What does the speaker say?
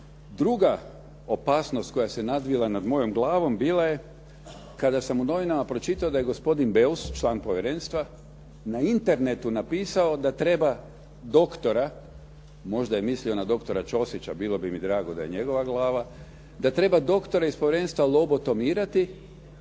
Druga opasnost koja se nadvila nad mojom glavom bila je kada sam u novinama pročitao da je gospodin Beus član povjerenstva na internetu napisao da treba doktora, možda je mislio na doktora Ćosića, bilo bi mi drago da je njegova glava, da treba doktora iz povjerenstva lobotomirati.